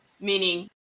meaning